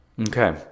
Okay